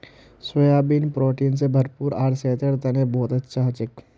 soybean protein स भरपूर आर सेहतेर तने बहुत अच्छा हछेक